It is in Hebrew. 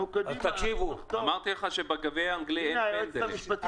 אמרתי לך שבגביע האנגלי אין פנדלים.